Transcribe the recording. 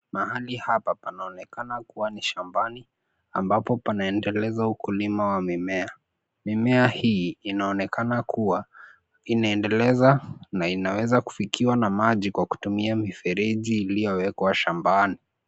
Mahali hapa panaonekana kuwa ni shambani, ambapo panaendeleza ukulima wa mimea. Mimea hii inaonekana kuwa inaendeleza na inaweza kufikiwa na maji kwa kutumia mifereji iliyowekwa shambani.